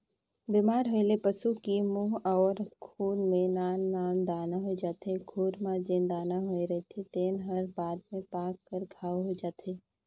बेमारी होए ले पसू की मूंह अउ खूर में नान नान दाना होय जाथे, खूर म जेन दाना होए रहिथे तेन हर बाद में पाक कर घांव हो जाथे